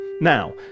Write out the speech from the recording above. Now